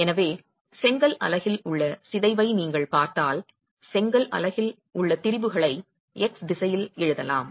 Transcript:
எனவே செங்கல் அலகில் உள்ள சிதைவை நீங்கள் பார்த்தால் செங்கல் அலகில் உள்ள திரிபுகளை x திசையில் எழுதலாம்